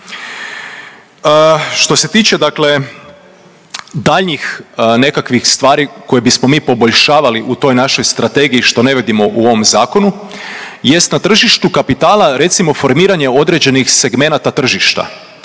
Što se tiče dakle daljnjih nekakvih stvari koje bismo mi poboljšavali u toj našoj strategiji što ne vidimo u ovom zakonu jest na tržištu kapitala recimo formiranje određenih segmenata tržišta.